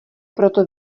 proto